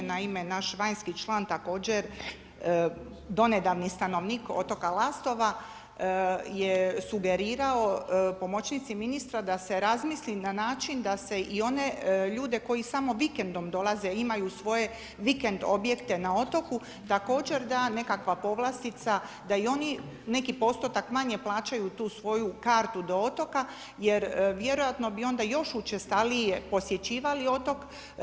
Naime, naš vanjski član također donedavni stanovnik otoka Lastova je sugerirao pomoćnici ministra da se razmisli na način da se i one ljude koji samo vikendom dolaze imaju svoje vikend objekte na otoku, također da nekakva povlastica da i oni neki postotak manje plaćaju tu svoju kartu do otoka jer vjerojatno bi onda još učestalije posjećivali otok.